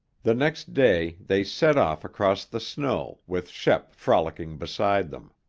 the next day they set off across the snow with shep frolicking beside them.